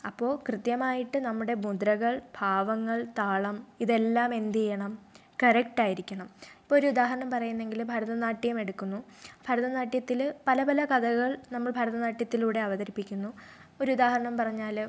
അപ്പോൾ കൃത്യമായിട്ട് നമ്മുടെ മുദ്രകൾ ഭാവങ്ങൾ താളം ഇതെല്ലാം എന്തു ചെയ്യണം കറക്റ്റ് ആയിരിക്കണം ഇപ്പോൾ ഒരു ഉദാഹരണം പറയുന്നെങ്കിൽ ഭാരതനാട്യം എടുക്കുന്നു ഭരതനാട്യത്തിൽ പല പല കഥകൾ നമ്മൾ ഭരതനാട്യത്തിലൂടെ അവതരിപ്പിക്കുന്നു ഒരു ഉദാഹരണം പറഞ്ഞാൽ